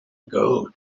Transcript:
gold